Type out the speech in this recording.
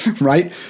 right